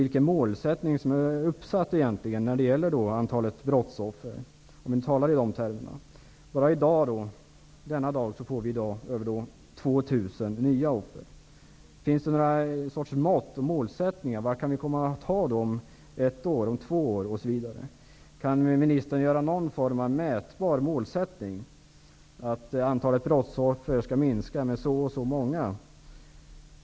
Vilken målsättning -- om vi nu talar i de termerna -- är egentligen uppsatt när det gäller antalet brottsoffer? Bara i dag får vi över 2 000 nya offer. Finns det någon målsättning i siffror på hur många brottsoffer vi kan komma att ha om ett år, två år, osv? Kan ministern redovisa någon form av mätbar målsättning, att antalet brottsoffer skall minska så eller så mycket?